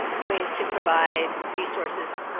ways to provide resources